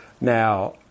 Now